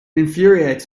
infuriates